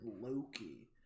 loki